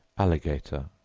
alligator,